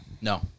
No